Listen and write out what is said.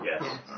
Yes